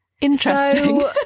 Interesting